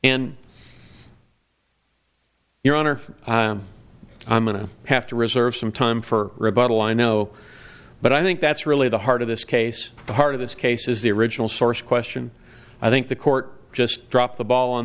and your honor i'm going to have to reserve some time for rebuttal i know but i think that's really the heart of this case the heart of this case is the original source question i think the court just dropped the ball on